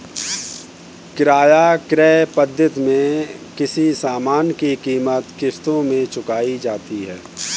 किराया क्रय पद्धति में किसी सामान की कीमत किश्तों में चुकाई जाती है